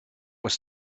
was